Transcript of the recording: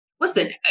Listen